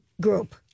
group